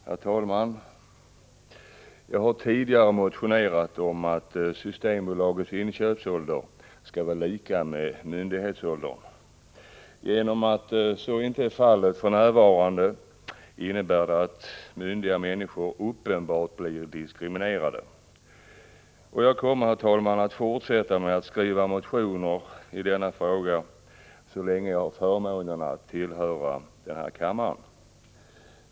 Herr talman! Jag har tidigare motionerat om att Systembolagets bestämmelse om lägsta ålder för inköp skall överensstämma med bestämmelserna om myndighetsåldern. Att så inte är fallet för närvarande innebär att myndiga människor uppenbart blir diskriminerade. Jag kommer att fortsätta med att skriva motioner i denna fråga så länge jag har förmånen att tillhöra denna kammare.